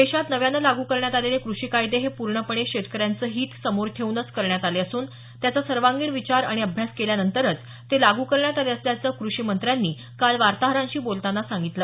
देशात नव्यानं लागू करण्यात आलेले कृषी कायदे हे पूर्णपणे शेतकऱ्यांचं हित समोर ठेवूनच करण्यात आले असून त्याचा सर्वांगीण विचार आणि अभ्यास केल्यानंतरच ते लागू करण्यात आले असल्याचं कृषी मंत्र्यांनी काल वार्ताहरांशी बोलताना सांगितलं